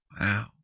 wow